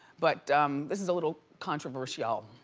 but this is a little controversial.